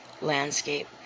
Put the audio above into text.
landscape